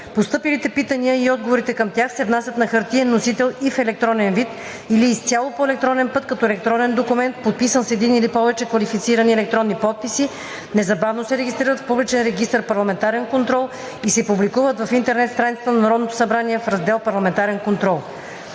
Постъпилите питания и отговорите към тях се внасят на хартиен носител и в електронен вид или изцяло по електронен път, като електронен документ, подписан с един или повече квалифицирани електронни подписи, незабавно се регистрират в публичен регистър „Парламентарен контрол“ и се публикуват на интернет страницата на Народното събрание в раздел „Парламентарен контрол“.“